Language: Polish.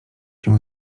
się